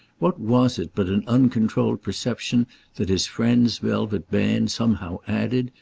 what was it but an uncontrolled perception that his friend's velvet band somehow added,